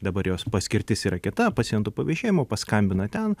dabar jos paskirtis yra kita pacientų pavežėjimo paskambina ten